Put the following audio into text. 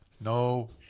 No